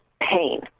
pain